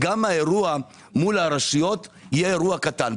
גם האירוע מול הרשויות יהיה אירוע קטן.